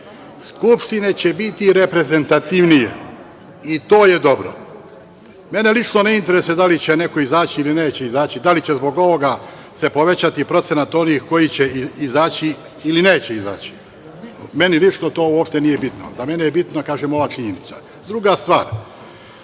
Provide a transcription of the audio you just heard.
Skupštine će biti reprezentativnije i to je dobro. Mene lično ne interesuje da li će neko izaći ili neće izaći, da li će zbog ovoga se povećati procenat onih koji će izaći ili neće izaći, meni lično to uopšte nije bitno. Za mene je bitna, kažem, ova činjenica. Druga stvar,